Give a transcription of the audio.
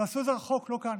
תעשו את זה רחוק, לא כאן.